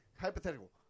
hypothetical